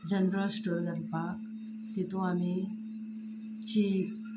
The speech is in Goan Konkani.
जनरल स्टोर घालपाक तितूंत आमी चिप्स